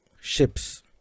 ships